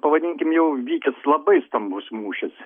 pavadinkim jau vykęs labai stambus mūšis